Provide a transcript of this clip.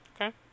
Okay